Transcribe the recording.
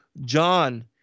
John